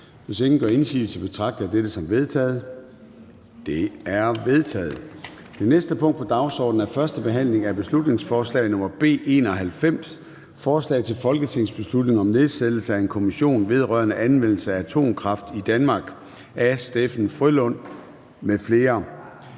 Hvis ingen gør indsigelse, betragter jeg dette som vedtaget. Det er vedtaget. --- Det næste punkt på dagsordenen er: 7) 1. behandling af beslutningsforslag nr. B 91: Forslag til folketingsbeslutning om nedsættelse af en kommission vedrørende anvendelse af atomkraft i Danmark. Af Steffen W. Frølund (LA) m.fl.